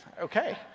Okay